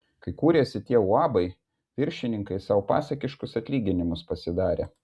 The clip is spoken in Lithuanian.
kai kūrėsi tie uabai viršininkai sau pasakiškus atlyginimus pasidarė